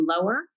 lower